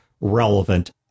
relevant